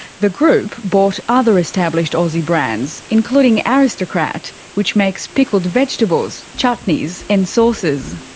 the group bought other established aussie brands, including aristocrat which makes pickled vegetables, chutneys, and sauces.